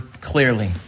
clearly